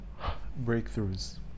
breakthroughs